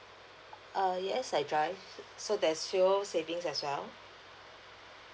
uh yes I drive so there's fuel savings as well